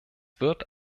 wird